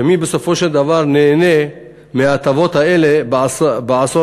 שמי שבסופו של דבר נהנו מההטבות האלה בעשור